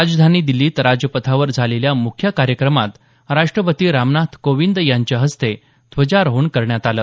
राजधानी दिल्लीत राजपथावर झालेल्या मुख्य कार्यक्रमात राष्ट्रपती रामनाथ कोविंद यांच्या हस्ते ध्वजारोहण करण्यात आलं